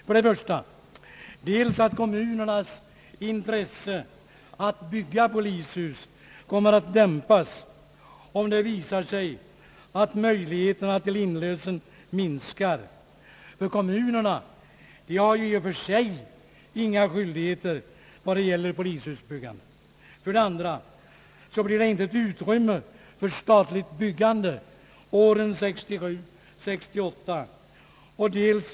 För det första kommer kommunernas intresse av att bygga polishus att dämpas, om det visar sig att möjligheterna till inlösen minskar, ty kommunerna har i och för sig inga skyldigheter när det gäller polishusbyggande. För det andra blir det inte utrymme för statligt byggande åren 1967—1968.